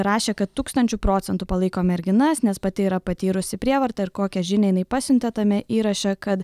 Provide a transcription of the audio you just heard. rašė kad tūkstančiu procentų palaiko merginas nes pati yra patyrusi prievartą ir kokią žinią jinai pasiuntė tame įraše kad